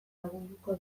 lagunduko